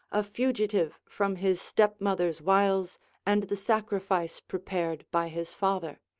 a fugitive from his stepmother's wiles and the sacrifice prepared by his father.